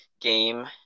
game